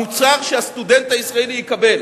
המוצר שהסטודנט הישראלי יקבל